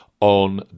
on